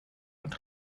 und